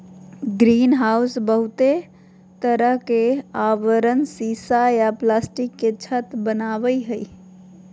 greenhouse बहुते तरह के आवरण सीसा या प्लास्टिक के छत वनावई हई